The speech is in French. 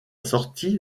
sortie